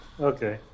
Okay